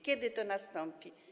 Kiedy to nastąpi?